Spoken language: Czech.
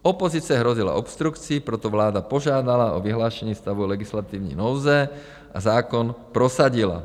Opozice hrozila obstrukcí, proto vláda požádala o vyhlášení stavu legislativní nouze a zákon prosadila.